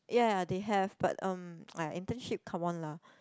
ya they have but um (aiya) internship come on lah